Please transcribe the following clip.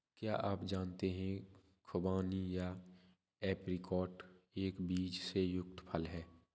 क्या आप जानते है खुबानी या ऐप्रिकॉट एक बीज से युक्त फल है?